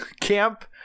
Camp